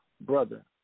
Brother